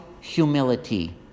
humility